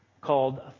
called